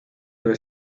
debe